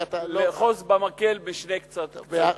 לא יכולים לאחוז במקל בשני קצותיו,